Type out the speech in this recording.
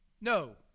No